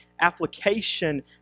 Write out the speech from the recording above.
application